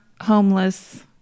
homeless